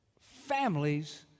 families